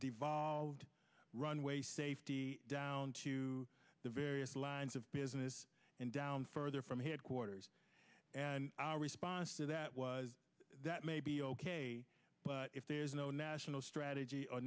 devolved runway safety down to the various lines of business and down further from headquarters and our response to that was that may be ok but if there's no national strategy or